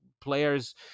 players